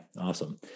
awesome